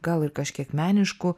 gal ir kažkiek meniškų